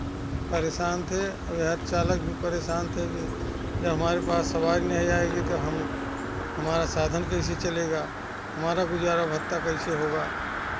परेशान थे और यहाँ चालक भी परेशान थे कि जब हमारे पास सवारी नहीं आएगी तो हम हमारा साधन कैसे चलेगा हमारा गुज़ारा भत्ता कैसे होगा